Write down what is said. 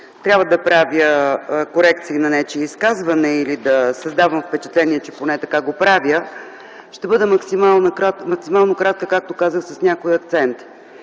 трябва да правя корекция на нечие изказване или да създавам впечатление, че поне така го правя. Ще бъда максимално кратка, както казах, с някои акценти.